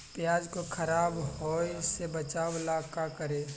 प्याज को खराब होय से बचाव ला का करी?